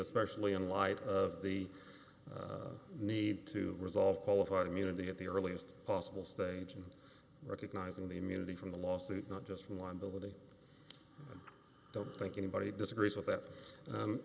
especially in light of the need to resolve qualified immunity at the earliest possible stage and recognizing the immunity from the lawsuit not just from liability i don't think anybody disagrees with that